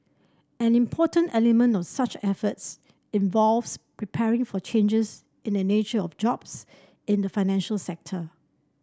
an important element of such efforts involves preparing for changes in the nature of jobs in the financial sector